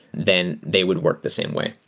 then they would work the same way.